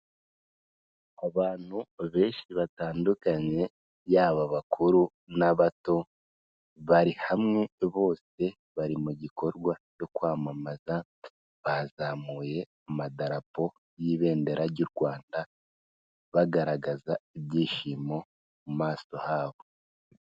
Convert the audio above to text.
Abantu benshi batandukanye, yaba abakuru n'abato, bari hamwe bose bari mu gikorwa cyo kwamamaza, bazamuye amadarapo y'ibendera ry'u Rwanda bagaragaza ibyishimo mu maso habo.